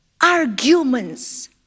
arguments